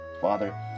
father